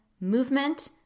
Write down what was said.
movement